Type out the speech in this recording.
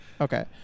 Okay